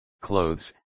clothes